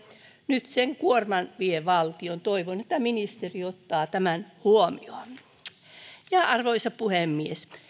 nyt sen kuorman vie valtio toivon että ministeri ottaa tämän huomioon arvoisa puhemies